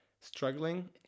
struggling